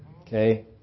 Okay